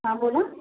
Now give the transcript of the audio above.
हां बोला